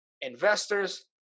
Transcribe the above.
investors